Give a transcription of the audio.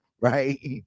right